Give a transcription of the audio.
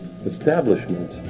Establishment